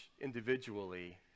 individually